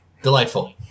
Delightful